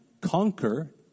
conquer